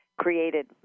created